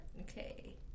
Okay